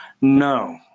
No